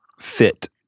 fit